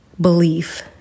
belief